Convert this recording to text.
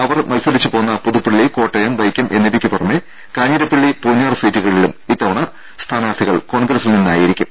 അവർ മൽസരിച്ചു പോന്ന പുതുപ്പള്ളി കോട്ടയം വൈക്കം എന്നിവയ്ക്കു പുറമേ കാഞ്ഞിരപ്പള്ളി പൂഞ്ഞാർ സീറ്റുകളിലും ഇത്തവണ സ്ഥാനാർത്ഥികൾ കോൺഗ്രസിൽ നിന്നായിരിക്കും